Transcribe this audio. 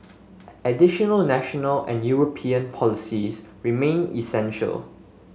additional national and European policies remain essential